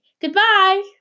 Goodbye